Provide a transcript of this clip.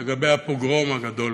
לגבי הפוגרום הגדול